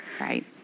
Right